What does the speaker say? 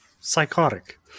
psychotic